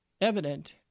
evident